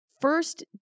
First